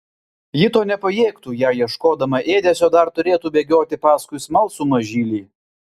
ji to nepajėgtų jei ieškodama ėdesio dar turėtų bėgioti paskui smalsų mažylį